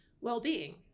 well-being